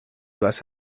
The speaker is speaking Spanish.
vas